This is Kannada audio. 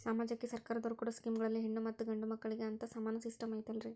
ಸಮಾಜಕ್ಕೆ ಸರ್ಕಾರದವರು ಕೊಡೊ ಸ್ಕೇಮುಗಳಲ್ಲಿ ಹೆಣ್ಣು ಮತ್ತಾ ಗಂಡು ಮಕ್ಕಳಿಗೆ ಅಂತಾ ಸಮಾನ ಸಿಸ್ಟಮ್ ಐತಲ್ರಿ?